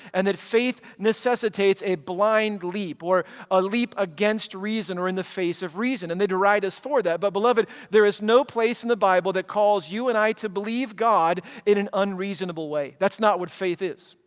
and that faith necessitates a blind leap or a leap against reason or in the face of reason, and they derride us for that, but beloved there is no place in the bible that calls you and i to believe god in an unreasonable way. that's not what faith is.